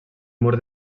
mur